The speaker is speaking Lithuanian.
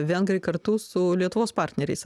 vengrai kartu su lietuvos partneriais